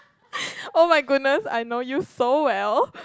oh my goodness I know you so well